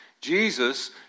Jesus